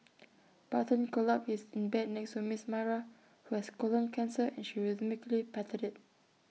button curled up is in bed next to miss Myra who has colon cancer and she rhythmically patted IT